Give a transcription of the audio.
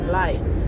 life